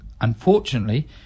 unfortunately